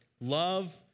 Love